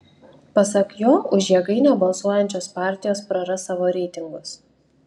pasak jo už jėgainę balsuosiančios partijos praras savo reitingus